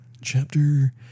Chapter